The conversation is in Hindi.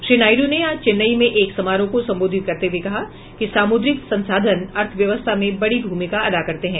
श्री नायड् ने आज चेन्नई में एक समारोह को संबोधित करते हुए कहा कि सामुद्रिक संसाधन अर्थव्यवस्था में बडी भूमिका अदा करते हैं